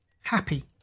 Happy